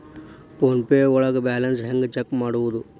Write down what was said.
Phone pay ಒಳಗ balance ಹೆಂಗ್ check ಮಾಡುವುದು?